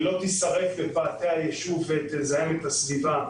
לא תישרף בפאתי היישוב ותזהם את הסביבה,